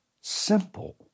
simple